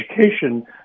education